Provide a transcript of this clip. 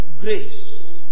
grace